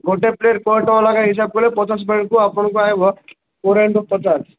ଗୋଟେ ପ୍ଲେଟ୍ କୋଡ଼ିଏ ଟଙ୍କା ଲେଖାଁ ହିସାବ କଲେ ପଚାଶ ପ୍ଲେଟ୍କୁ ଆପଣଙ୍କୁ ଆଇବ କୋଡ଼ିଏ ଇନ୍ଟୁ ପଚାଶ